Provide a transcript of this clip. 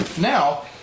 Now